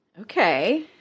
Okay